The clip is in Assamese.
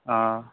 অঁ